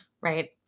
right